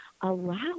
allow